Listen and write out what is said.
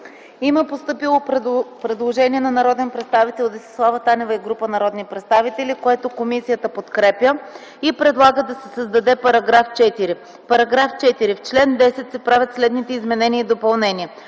Има постъпило предложение на народния представител Десислава Танева и група народни представители, което комисията подкрепя, и предлага да се създаде § 11: „§ 11. В чл. 31 се правят следните изменения и допълнения: